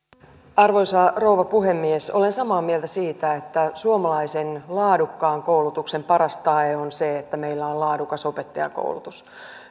arvoisa rouva puhemies olen samaa mieltä siitä että suomalaisen laadukkaan koulutuksen paras tae on se että meillä on laadukas opettajankoulutus